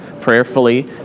prayerfully